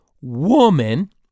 woman